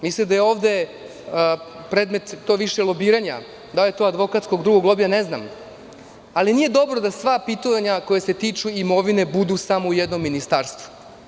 Mislim da je ovde to predmet lobiranja, da li advokatskog ili drugog lobija, ne znam, ali nije dobro da sva pitanja koja se tiču imovine budu samo u jednom ministarstvu.